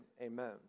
Amen